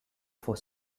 for